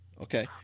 Okay